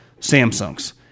Samsungs